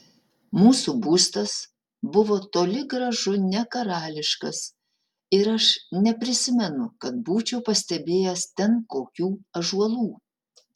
mūsų būstas buvo toli gražu ne karališkas ir aš neprisimenu kad būčiau pastebėjęs ten kokių ąžuolų